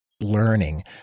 learning